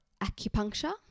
acupuncture